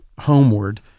homeward